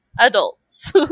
adults